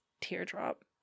teardrop